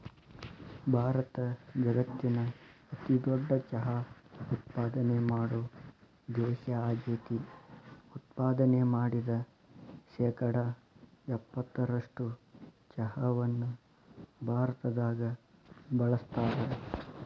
ಭಾರತ ಜಗತ್ತಿನ ಅತಿದೊಡ್ಡ ಚಹಾ ಉತ್ಪಾದನೆ ಮಾಡೋ ದೇಶ ಆಗೇತಿ, ಉತ್ಪಾದನೆ ಮಾಡಿದ ಶೇಕಡಾ ಎಪ್ಪತ್ತರಷ್ಟು ಚಹಾವನ್ನ ಭಾರತದಾಗ ಬಳಸ್ತಾರ